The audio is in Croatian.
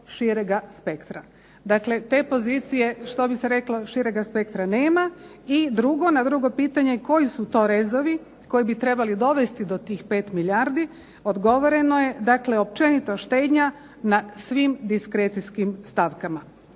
širega spektra. Dakle te pozicije što bi se reklo širega spektra nema, i drugo, na drugo pitanje koji su to rezovi koji bi trebali dovesti do tih 5 milijardi, odgovoreno je, dakle općenito štednja na svim diskrecijskim stavkama,